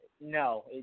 no